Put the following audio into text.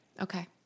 Okay